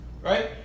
right